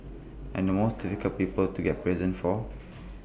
and the most difficult people to get presents for